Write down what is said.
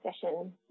session